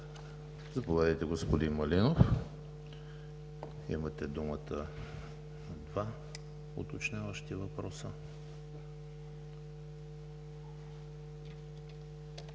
Заповядайте, господин Малинов, имате думата за два уточняващи въпроса.